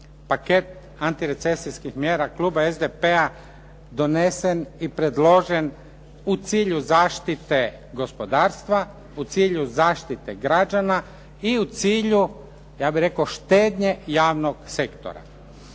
paket antirecesijskih mjera kluba SDP-a donesen i predložen u cilju zaštite gospodarstva, u cilju zaštite građana i u cilju, ja bih rekao štednje javnog sektora.